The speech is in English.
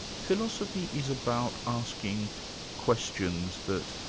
philosophy is about asking questions that,